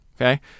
Okay